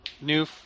New